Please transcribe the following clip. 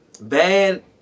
Bad